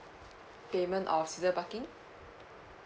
payment of season parking